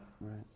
right